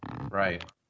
right